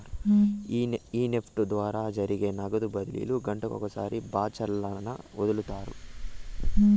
ఈ నెఫ్ట్ ద్వారా జరిగే నగదు బదిలీలు గంటకొకసారి బాచల్లక్కన ఒదులుతారు